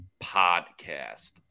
podcast